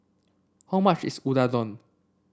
how much is Unadon